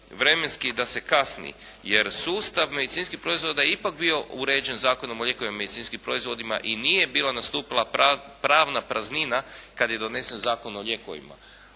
vremenski da se kasni jer sustav medicinskih proizvoda je ipak bio uređen Zakonom o lijekovima i medicinskim proizvodima i nije bila nastupila pravna praznina kad je donese Zakon o lijekovima,